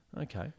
Okay